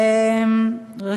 הצעות לסדר-היום מס' 2025,